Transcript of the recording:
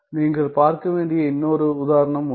நீங்கள் பார்க்க வேண்டிய இன்னொரு உதாரணம் உள்ளது